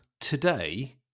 Today